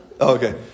Okay